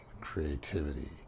creativity